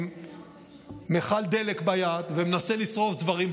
עם מכל דלק ביד ומנסה לשרוף דברים,